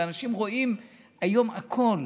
ואנשים רואים היום הכול.